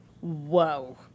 Whoa